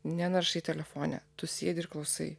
nenaršai telefone tu sėdi ir klausai